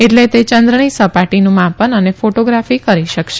એટલે તે ચંદ્ર ની સપાટી નું માપન અને ફોટોગ્રાફી કરી શકશે